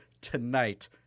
tonight